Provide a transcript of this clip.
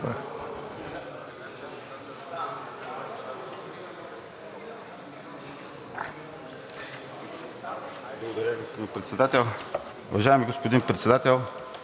Благодаря, господин Председател.